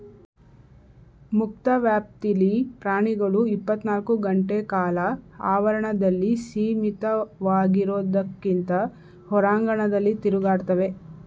ಮುಕ್ತ ವ್ಯಾಪ್ತಿಲಿ ಪ್ರಾಣಿಗಳು ಇಪ್ಪತ್ನಾಲ್ಕು ಗಂಟೆಕಾಲ ಆವರಣದಲ್ಲಿ ಸೀಮಿತವಾಗಿರೋದ್ಕಿಂತ ಹೊರಾಂಗಣದಲ್ಲಿ ತಿರುಗಾಡ್ತವೆ